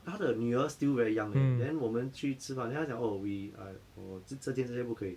她的女儿 still very young eh then 我们去吃饭 then 她讲 oh we are oh 这间这间不可以